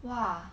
!wah!